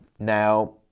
Now